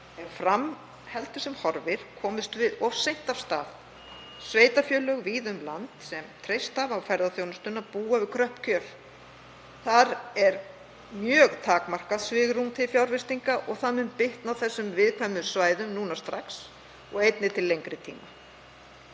Ef fram heldur sem horfir komumst við of seint af stað. Sveitarfélög víða um land sem treyst hafa á ferðaþjónustuna búa við kröpp kjör. Þar er mjög takmarkað svigrúm til fjárfestinga og það mun bitna á þessum viðkvæmu svæðum núna strax og einnig til lengri tíma.